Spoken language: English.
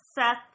Seth